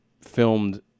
filmed